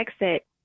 exit